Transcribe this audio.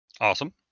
Awesome